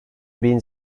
bin